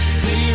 see